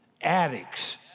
addicts